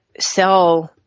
sell